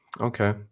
Okay